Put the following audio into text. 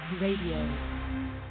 Radio